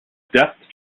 depth